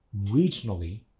regionally